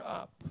up